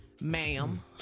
ma'am